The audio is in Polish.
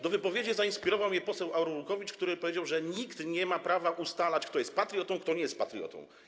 Do wypowiedzi zainspirował mnie poseł Arłukowicz, który powiedział, że nikt nie ma prawa ustalać, kto jest patriotą, a kto nie jest patriotą.